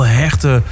hechte